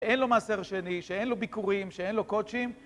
אין לו מאסר שני, שאין לו ביקורים, שאין לו קודשים.